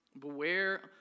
Beware